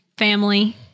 family